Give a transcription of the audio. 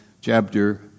chapter